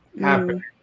happening